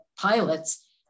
pilots